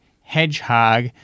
hedgehog